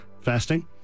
fasting